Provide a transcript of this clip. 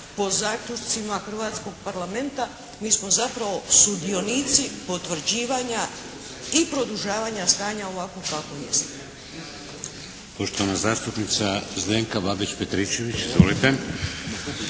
po zaključcima hrvatskog Parlamenta, mi smo zapravo sudionici potvrđivanja i produžavanja stanja ovakvog kakvo jeste.